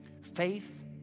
Faith